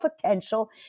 potential